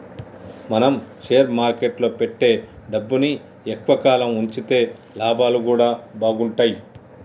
మనం షేర్ మార్కెట్టులో పెట్టే డబ్బుని ఎక్కువ కాలం వుంచితే లాభాలు గూడా బాగుంటయ్